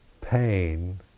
pain